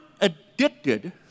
addicted